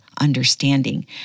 Understanding